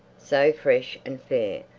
so fresh and fair,